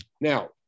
Now